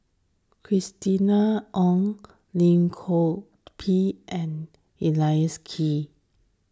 Christina Ong Lim Chor Pee and Leslie Kee